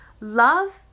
Love